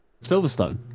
Silverstone